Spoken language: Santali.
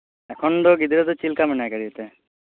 ᱮᱠᱷᱚᱱ ᱫᱚ ᱜᱤᱫᱽᱨᱟᱹ ᱫᱚ ᱪᱮᱫᱞᱮᱠᱟ ᱢᱮᱱᱟᱭ ᱟᱠᱟᱫᱮᱛᱮ